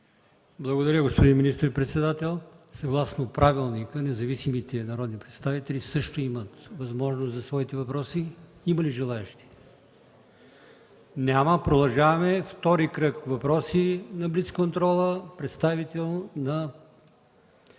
Благодаря, господин министър-председател. Съгласно правилника, независимите народни представители също имат възможност за своите въпроси. Има ли желаещи? Няма. Продължаваме с втори кръг въпроси на блиц контрола с представител на